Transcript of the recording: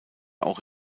auch